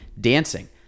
dancing